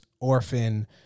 orphan